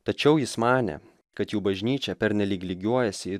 tačiau jis manė kad jų bažnyčia pernelyg lygiuojasi į